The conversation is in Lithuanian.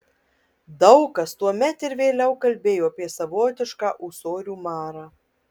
daug kas tuomet ir vėliau kalbėjo apie savotišką ūsorių marą